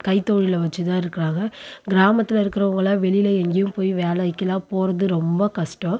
கைத்தொழிலை வச்சு தான் இருக்கிறாங்க கிராமத்தில் இருக்கிறவங்களாம் வெளியில எங்கேயும் போய் வேலைக்கெலாம் போகிறது ரொம்ப கஷ்டம்